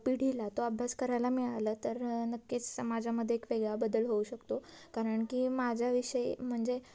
पिढीला तो अभ्यास करायला मिळाला तर नक्कीच माझ्यामध्ये एक वेगळा बदल होऊ शकतो कारण की माझ्याविषयी म्हणजे